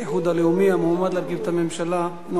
המועמד להרכיב את הממשלה הוא חבר הכנסת יעקב כץ.